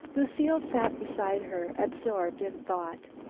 lucile sat beside her absorbed in thought.